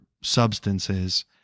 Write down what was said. substances